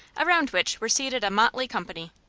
around which were seated a motley company,